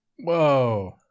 whoa